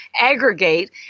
aggregate